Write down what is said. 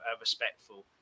respectful